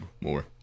more